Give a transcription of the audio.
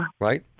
right